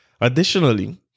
Additionally